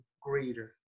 greater